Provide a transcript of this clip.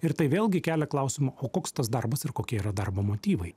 ir tai vėlgi kelia klausimą o koks tas darbas ir kokie yra darbo motyvai